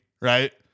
right